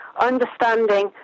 understanding